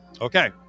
Okay